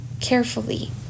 carefully